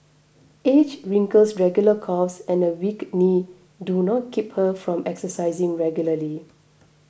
age wrinkles regular coughs and a weak knee do not keep her from exercising regularly